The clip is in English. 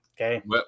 Okay